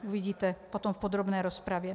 Uvidíte potom v podrobné rozpravě.